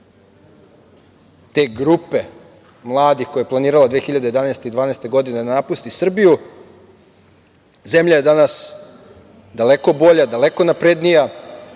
te grupe mladih koja je planirala 2011. i 2012. godine da napusti Srbiju. Zemlja je danas daleko bolja, daleko naprednija